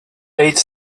eight